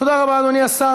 תודה רבה לאדוני השר.